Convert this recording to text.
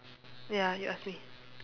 ya you ask me